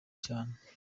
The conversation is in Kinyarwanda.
cyane